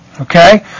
Okay